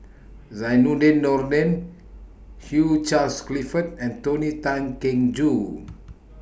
Zainudin Nordin Hugh Charles Clifford and Tony Tan Keng Joo